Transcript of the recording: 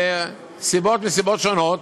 וסיבות מסיבות שונות,